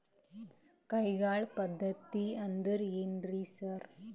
ಕೈಗಾಳ್ ಪದ್ಧತಿ ಅಂದ್ರ್ ಏನ್ರಿ ಸರ್?